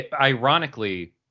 Ironically